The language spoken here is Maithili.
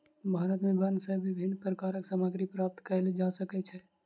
भारत में वन सॅ विभिन्न प्रकारक सामग्री प्राप्त कयल जा सकै छै